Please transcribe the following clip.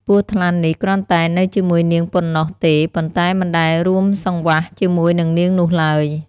ពស់ថ្លាន់នេះគ្រាន់តែនៅជាមួយនាងប៉ុណ្ណោះទេ ប៉ុន្ដែមិនដែលរួមសង្វាស់ ជាមួយនិងនាងនោះឡើយ។